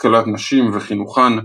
השכלת נשים וחינוכן,